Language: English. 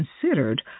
considered